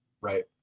right